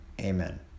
amen